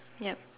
ya